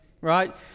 Right